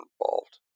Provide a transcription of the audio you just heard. involved